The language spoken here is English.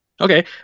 Okay